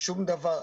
שום דבר,